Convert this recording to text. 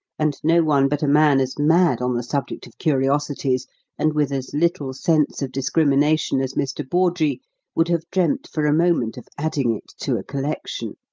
and no one but a man as mad on the subject of curiosities and with as little sense of discrimination as mr. bawdrey would have dreamt for a moment of adding it to a collection.